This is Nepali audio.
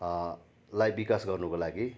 लाई विकास गर्नुको लागि